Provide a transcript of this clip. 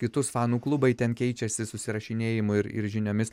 kitus fanų klubai ten keičiasi susirašinėjimu ir ir žiniomis